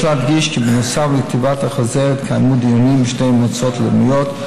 יש להדגיש כי נוסף על כתיבת החוזר התקיימו דיונים בשתי מועצות לאומיות,